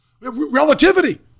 relativity